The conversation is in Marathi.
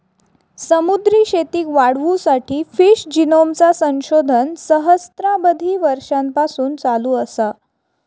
समुद्री शेतीक वाढवुसाठी फिश जिनोमचा संशोधन सहस्त्राबधी वर्षांपासून चालू असा